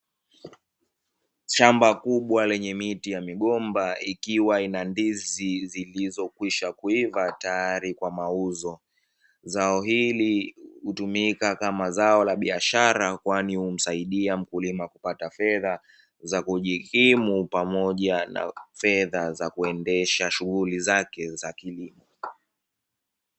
Shamba kubwa lenye miti ya migomba, ikiwa ina ndizi zilizokwisha kuiva, tayari kwa mauzo. Zao hili hutumika kama zao biashara, kwani humsaidia mkulima kupata fedha za kujikimu, pamoja na fedha za kuendesha shughuli zake za kilimo.